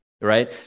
Right